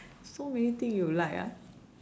so many thing you like ah